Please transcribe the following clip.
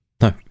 no